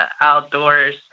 outdoors